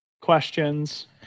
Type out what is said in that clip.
questions